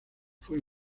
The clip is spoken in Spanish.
fue